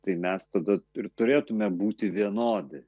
tai mes tada ir turėtume būti vienodi